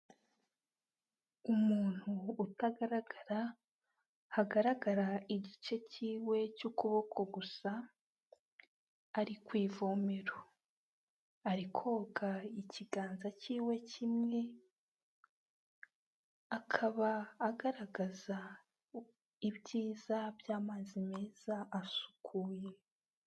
Umuntu utagaragara, hagaragara igice cy'iwe cy'ukuboko gusa, ari ku ivomero. Ari koga ikiganza cy'iwe kimwe, akaba agaragaza ibyiza by'amazi meza asukuye.